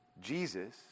Jesus